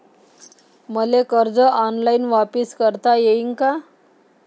मले कर्ज ऑनलाईन वापिस करता येईन का?